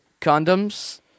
condoms